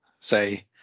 say